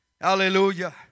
Hallelujah